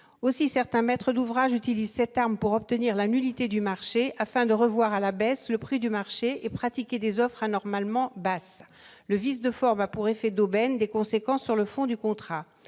Aussi certains maîtres d'ouvrage utilisent-ils cette arme pour obtenir la nullité du marché afin de revoir à la baisse le prix du marché et de pratiquer des offres anormalement basses. Le vice de forme a, par effet d'aubaine, des conséquences sur le fond du contrat.